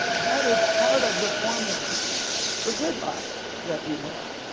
that is part of the formula for gridlock that we have.